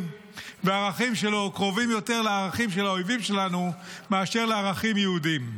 והערכים שלו קרובים יותר לערכים של האויבים שלנו מאשר לערכים יהודיים.